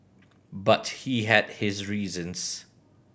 but he had his reasons